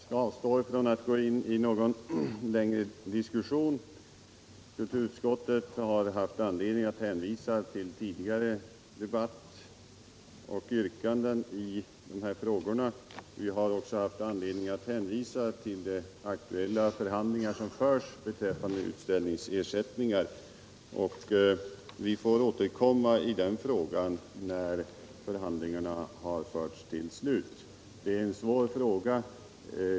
Herr talman! Jag skall avstå från att gå in i någon längre diskussion. Utskottet har haft anledning att hänvisa till tidigare debatt och yrkanden i dessa frågor. Vi har också haft anledning att hänvisa till de aktuella förhandlingar som förs beträffande utställningsersättningar, och vi får återkomma i den frågan när förhandlingarna har förts till slut. Det är en svår fråga.